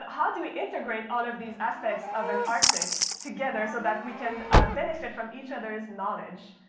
but how do we integrate all of these aspects of an arctic together so that we can benefit from each other's knowledge?